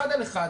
אחד על אחד,